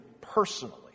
personally